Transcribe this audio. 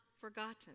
forgotten